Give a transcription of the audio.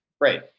Great